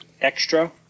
extra